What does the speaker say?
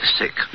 sick